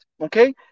okay